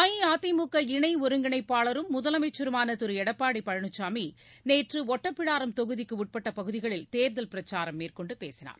அஇஅதிமுக இணை ஒருங்கிணைப்பாளரும் முதலமைச்சருமான திரு எடப்பாடி பழனிசாமி நேற்று ஒட்டப்பிடாரம் தொகுதிக்கு உட்பட்ட பகுதிகளில் தேர்தல் பிரச்சாரம் மேற்கொண்டு பேசினார்